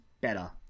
better